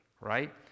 right